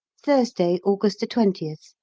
thursday, august twentieth,